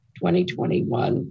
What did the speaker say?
2021